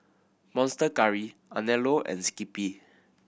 Monster Curry Anello and Skippy